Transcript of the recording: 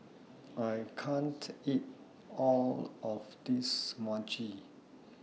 I can't eat All of This Mochi